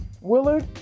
Willard